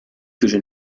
que